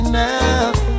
now